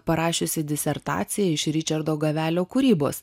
parašiusi disertaciją iš ričardo gavelio kūrybos